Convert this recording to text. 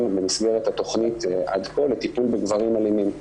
במסגרת התכנית עד כה לטיפול בגברים אלימים.